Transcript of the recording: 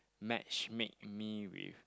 match make me with